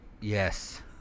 Yes